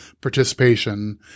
participation